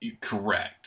correct